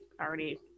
already